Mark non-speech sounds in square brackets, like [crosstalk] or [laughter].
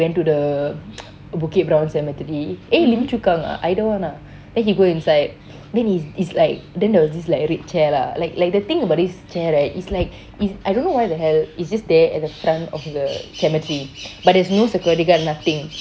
he went to the [noise] bukit brown cemetery eh lim chu kang ah either one ah then he go inside then he is like then there was like this red chair lah like like the thing about this chair right is like is I don't know why the hell the is this there at the front of the cemetery but there's no security guard nothing